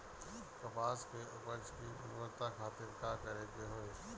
कपास के उपज की गुणवत्ता खातिर का करेके होई?